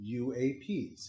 UAPs